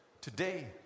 Today